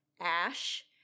ash